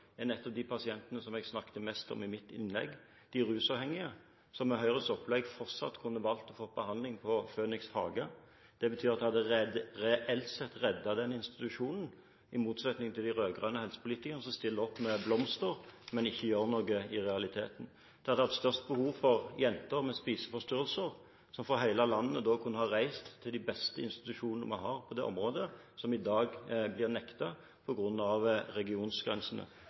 behandlingsvalg, nettopp er de pasientene som jeg snakket mest om i mitt innlegg – de rusavhengige, som med Høyres opplegg fortsatt kunne valgt å få behandling på Phoenix Haga. Det betyr at det reelt sett hadde reddet denne institusjonen, i motsetning til de rød-grønne helsepolitikerne som stiller opp med blomster, men som i realiteten ikke gjør noe. Det har vært størst behov for tilbud til jenter med spiseforstyrrelser, som da kunne ha reist fra hele landet til de beste institusjonene vi har på det området. De blir i dag